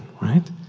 right